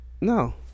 No